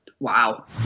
Wow